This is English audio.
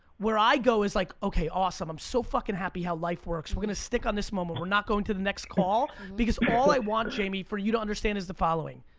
where i go is like, okay awesome i'm so fucking happy how life works. we're gonna stick on this moment. we're not going to the next call, because all i want jamie for you to understand is the following.